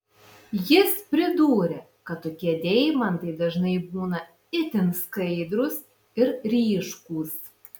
jis pridūrė kad tokie deimantai dažnai būna itin skaidrūs ir ryškūs